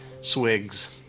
swigs